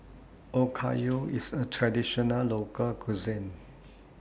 Okayu IS A Traditional Local Cuisine